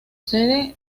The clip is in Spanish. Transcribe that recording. sede